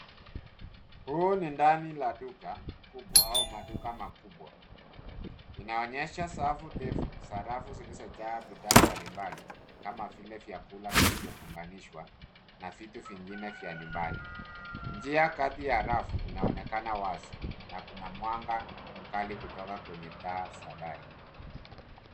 Huu ni ndani la duka kubwa, au maduka makubwa. Inaonesha safu ndefu za rafu zilizojaa bidhaa mbalimbali, kama vile vyakula vilivyo funganishwa na vitu vingine vya nyumbani. Njia kati ya rafu inaonekana wazi, na kuna mwanga mkali kutoka kwenye taa za dari.